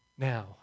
Now